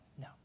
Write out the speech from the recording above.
no